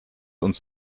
uns